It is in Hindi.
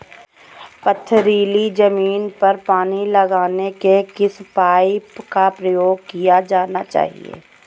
पथरीली ज़मीन पर पानी लगाने के किस पाइप का प्रयोग किया जाना चाहिए?